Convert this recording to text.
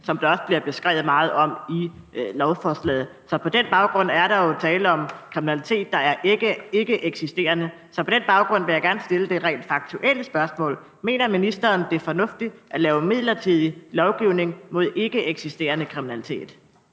som der også bliver skrevet meget om i lovforslaget. Derfor er der jo tale om kriminalitet, der er ikkeeksisterende. Så på den baggrund vil jeg gerne stille det rent faktuelle spørgsmål: Mener ministeren, det er fornuftigt at lave midlertidig lovgivning mod ikkeeksisterende kriminalitet?